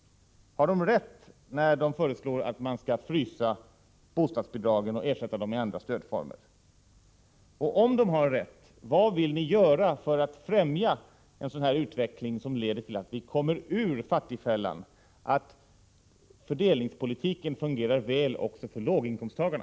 Har de rätt när de föreslår att bostadsbidragen skall frysas och ersättas med andra stödformer? Och om de har rätt, vad vill ni göra för att främja en sådan utveckling som leder till att vi kommer ur fattigfällan, att fördelningspolitiken fungerar väl också för låginkomsttagare?